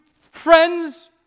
friends